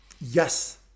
Yes